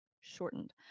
shortened